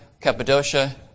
Cappadocia